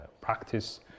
practice